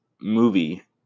movie